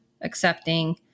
accepting